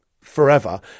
forever